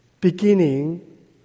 beginning